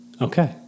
Okay